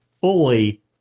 fully